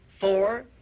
Four